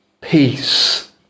peace